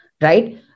right